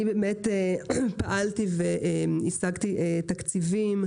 אני באמת פעלתי והשגתי תקציבים,